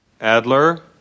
Adler